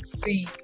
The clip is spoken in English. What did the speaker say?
see